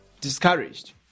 discouraged